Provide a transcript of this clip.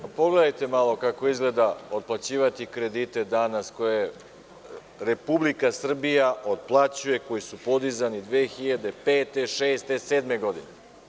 Pogledajte malo kako izgleda otplaćivati kredite danas koje Republika Srbija otplaćuje, koji su podizani 2005, 2006, 2007. godine.